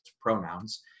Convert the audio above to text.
pronouns